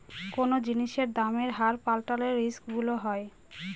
কোনো জিনিসের দামের হার পাল্টালে রিস্ক গুলো হয়